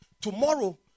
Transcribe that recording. tomorrow